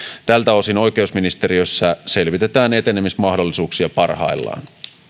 tältä osin oikeusministeriössä selvitetään etenemismahdollisuuksia parhaillaan